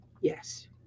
yes